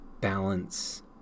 balance